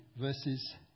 verses